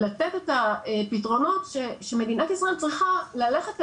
לתת את הפתרונות שמדינת ישראל צריכה ללכת עליהם.